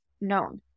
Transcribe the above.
known